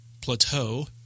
plateau